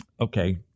Okay